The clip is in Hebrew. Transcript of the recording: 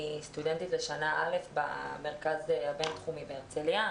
אני סטודנטית בשנה א' במרכז הבינתחומי בהרצליה.